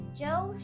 joe